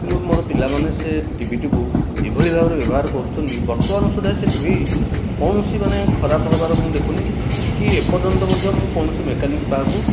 କିନ୍ତୁ ମୋର ପିଲାମାନେ ସେ ଟିଭିଟିକୁ ଏଭଳି ଭାବେ ବ୍ୟବହାର କରୁଛନ୍ତି ବର୍ତ୍ତମାନ ସୁଦ୍ଧା ସେ ଟିଭି କୌଣସି ମାନେ ମୁଁ ଖରାପ ହେବାର ମୁଁ ଦେଖୁନି କି ଏପର୍ଯ୍ୟନ୍ତ ମଧ୍ୟ ମୁଁ କୌଣସି ମେକାନିକ କାହାକୁ